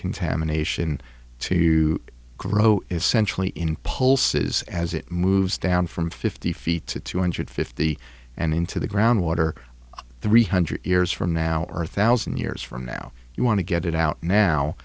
contamination to grow essentially impulses as it moves down from fifty feet to two hundred fifty and into the ground water three hundred years from now or thousand years from now you want to get it out now